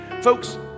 Folks